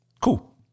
cool